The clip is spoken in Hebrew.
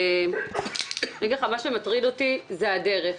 מה שמטריד אותי זה הדרך.